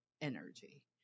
energy